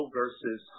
versus